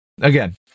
Again